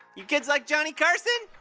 you kids like johnny carson?